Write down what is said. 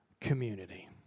community